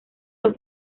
los